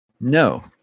No